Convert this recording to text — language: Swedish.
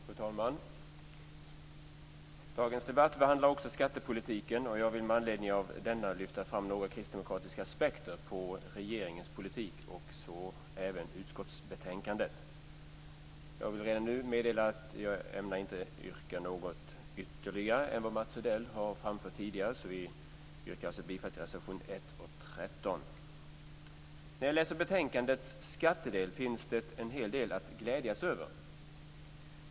Fru talman! Dagens debatt behandlar också skattepolitiken. Jag vill med anledning av detta lyfta fram några kristdemokratiska aspekter på regeringens politik och även på utskottsbetänkandet. Jag vill redan nu meddela att jag inte ämnar yrka något ytterligare utöver vad Mats Odell tidigare har framfört. Vi yrkar alltså bifall till reservationerna 1 När jag läser betänkandets skattedel finner jag en hel del att glädjas över.